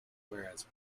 whereas